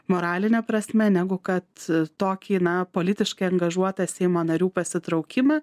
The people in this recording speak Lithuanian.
moraline prasme negu kad tokį na politiškai angažuotą seimo narių pasitraukimą